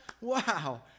Wow